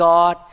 God